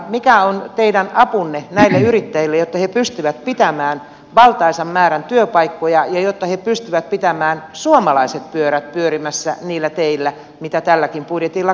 mikä on teidän apunne näille yrittäjille jotta he pystyvät pitämään valtaisan määrän työpaikkoja ja jotta he pystyvät pitämään suomalaiset pyörät pyörimässä niillä teillä mitä tälläkin budjetilla korjataan